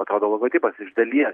atrodo logotipas iš dalies